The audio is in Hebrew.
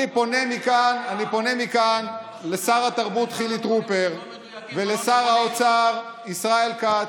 אני פונה מכאן לשר התרבות חילי טרופר ולשר האוצר ישראל כץ: